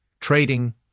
trading